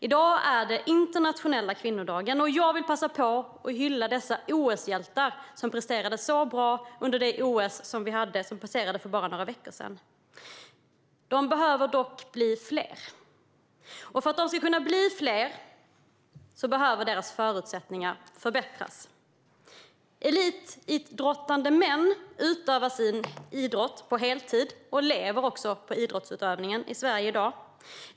I dag är det den internationella kvinnodagen, och jag vill passa på att hylla dessa OS-hjältar som presterade så bra under det OS som passerade för bara några veckor sedan. De behöver dock bli fler. För att de ska kunna bli fler behöver deras förutsättningar förbättras. Elitidrottande män utövar sin idrott på heltid och lever också på idrottsutövandet i Sverige i dag.